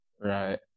Right